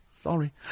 sorry